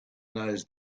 those